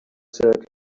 said